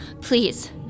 Please